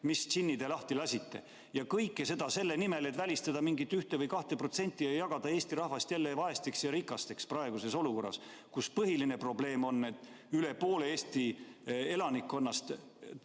mis džinni te lahti lasite, ja kõike seda selle nimel, et välistada mingit ühte või kahte protsenti ja jagada Eesti rahvas jälle vaesteks ja rikasteks praeguses olukorras, kus põhiline probleem on, et üle poole Eesti elanikkonnast